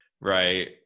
right